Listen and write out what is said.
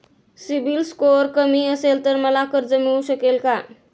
CIBIL score कमी असेल तर मला कर्ज मिळू शकेल का?